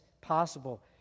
possible